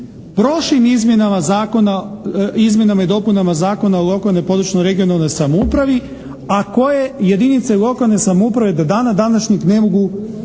zakona, izmjenama i dopunama Zakona o lokalnoj i područnoj regionalnoj samoupravi, a koje jedinice lokalne samouprave do dana današnjeg ne mogu